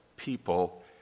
People